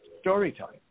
storytelling